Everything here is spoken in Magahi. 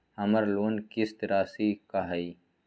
हमर लोन किस्त राशि का हई?